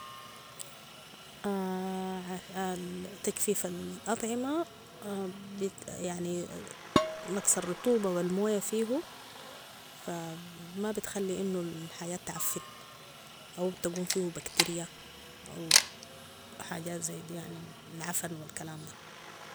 - تجفيف الأطعمة نقص الرطوبة والمويه فيو فما بتخلي أن الحاجات تعفن أو تقوم فيو بكتيريا أو حاجات زي دي يعني العفن والكلام ده